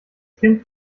kind